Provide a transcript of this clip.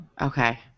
Okay